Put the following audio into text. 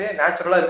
natural